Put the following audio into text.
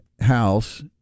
house